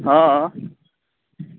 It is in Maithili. हँ